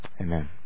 Amen